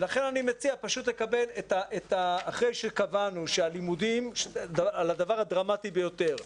לכן אחרי שקבענו את הדבר הדרמטי ביותר,